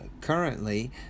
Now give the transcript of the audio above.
Currently